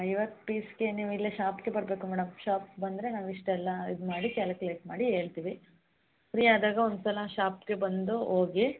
ಐವತ್ತು ಪೀಸಿಗೆ ನೀವು ಇಲ್ಲೇ ಶಾಪಿಗೆ ಬರಬೇಕು ಮೇಡಮ್ ಶಾಪಿಗೆ ಬಂದರೆ ನಾವು ಇಷ್ಟೆಲ್ಲ ಇದು ಮಾಡಿ ಕ್ಯಾಲುಕ್ಲೇಟ್ ಮಾಡಿ ಹೇಳ್ತೀವಿ ಫ್ರೀ ಆದಾಗ ಒಂದುಸಲ ಶಾಪಿಗೆ ಬಂದು ಹೋಗಿ